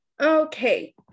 Okay